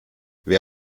wer